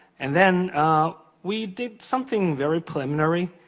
and then we did something very preliminary,